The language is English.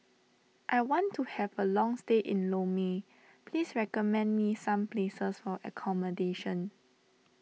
I want to have a long stay in Lome please recommend me some places for accommodation